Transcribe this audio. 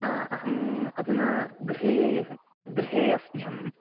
आ अहम् अधुना गृहे गृहे अस्मि अहम्